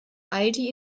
aldi